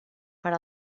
per